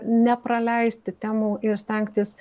nepraleisti temų ir stengtis